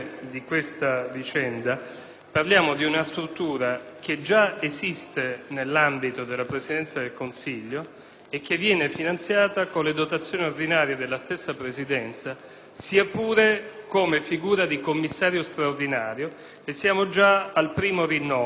e che viene finanziata con le dotazioni ordinarie della stessa Presidenza, sia pure come figura di commissario straordinario. Siamo già al primo rinnovo; quindi si tratta di rendere ordinario ciò che è straordinario finora, ma con le medesime dotazioni.